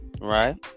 right